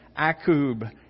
Akub